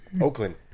Oakland